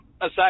aside